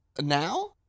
Now